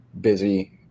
busy